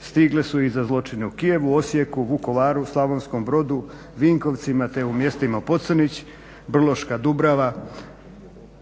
stigle su i za zločine u Kijevu, Osijeku, Vukovaru, Slavonskom Brodu, Vinkovcima te u mjestima Pocrnić, Brloška Dubrava